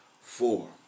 Four